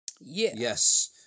Yes